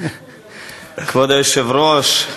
כבוד היושב-ראש,